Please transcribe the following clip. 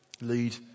lead